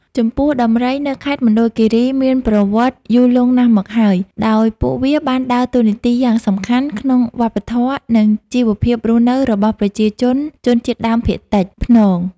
ចំពោះ ដំរីនៅខេត្តមណ្ឌលគិរីមានប្រវត្តិយូរលង់ណាស់មកហើយ ដោយពួកវាបានដើរតួនាទីយ៉ាងសំខាន់ក្នុងវប្បធម៌ និងជីវភាពរស់នៅរបស់ប្រជាជនជនជាតិដើមភាគតិចភ្នង។